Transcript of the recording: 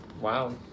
Wow